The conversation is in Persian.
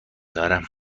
دارم